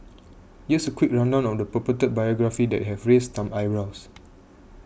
there's a quick rundown of purported biography that have raised some eyebrows